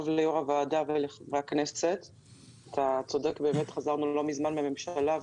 אתה צודק, באמת חזרנו לא מזמן מהממשלה.